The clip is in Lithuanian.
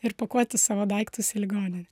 ir pakuoti savo daiktus į ligoninę